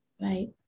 Right